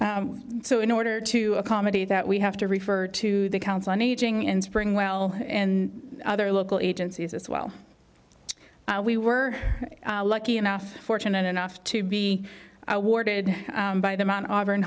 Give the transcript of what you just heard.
so in order to accommodate that we have to refer to the council on aging in spring well in other local agencies as well we were lucky enough fortunate enough to be awarded by the mount auburn